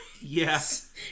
yes